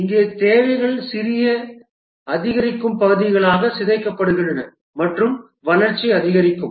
இங்கே தேவைகள் சிறிய அதிகரிக்கும் பகுதிகளாக சிதைக்கப்படுகின்றன மற்றும் வளர்ச்சி அதிகரிக்கும்